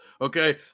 okay